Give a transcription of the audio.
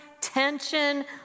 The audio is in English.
tension